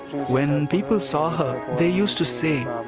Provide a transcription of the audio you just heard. when people saw her, they used to say,